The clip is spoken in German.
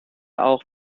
auch